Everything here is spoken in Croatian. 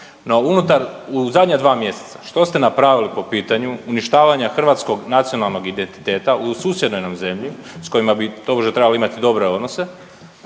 no unutar, u zadnja 2 mjeseca, što ste napravili po pitanju uništavanja hrvatskog nacionalnog identiteta u susjednoj nam zemlji s kojima bi tobože trebali imati dobre odnose,